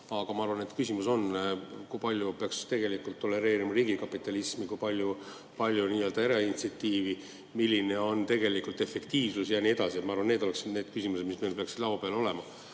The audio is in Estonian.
Aga ma arvan, et küsimus on, kui palju peaks tegelikult tolereerima riigikapitalismi, kui palju erainitsiatiivi, milline on tegelikult efektiivsus ja nii edasi. Ma arvan, et need oleksid need küsimused, mis meil peaksid laua peal olema. Aga